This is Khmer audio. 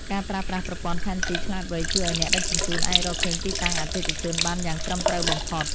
ការប្រើប្រាស់ប្រព័ន្ធផែនទីឆ្លាតវៃជួយឱ្យអ្នកដឹកជញ្ជូនអាចរកឃើញទីតាំងអតិថិជនបានយ៉ាងត្រឹមត្រូវបំផុត។